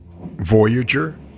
Voyager